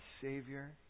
Savior